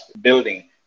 building